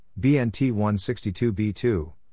BNT162b2